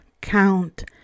count